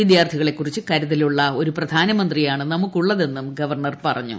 വിദ്യാർത്ഥികളെക്കുറിച്ച് കരുതലുള്ള ഒരു പ്രധാനുമന്ത്രിയാണ് നമുക്കുള്ളതെന്നും ഗവർണ്ണർ പറഞ്ഞു